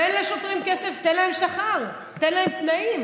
תן לשוטרים כסף, תן להם שכר, תן להם תנאים,